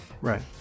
Right